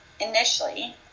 initially